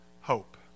hope